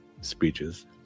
speeches